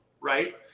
Right